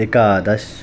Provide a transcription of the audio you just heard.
एकादश